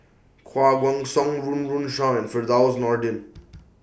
Koh Guan Song Run Run Shaw and Firdaus Nordin